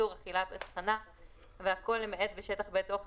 איפה עומד הליך ההכשרה של אותם